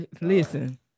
Listen